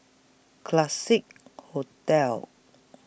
Classique Hotel